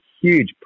huge